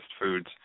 foods